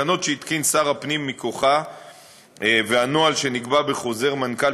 התקנות שהתקין שר הפנים מכוחה והנוהל שנקבע בחוזר מנכ"ל